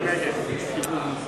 (קוראת בשמות חברי הכנסת)